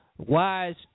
wise